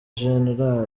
gen